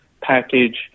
package